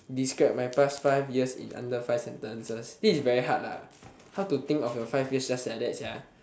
describe my past five years in under five sentences this is very hard lah how to think of your five years just like that sia